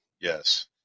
Yes